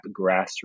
Grassroots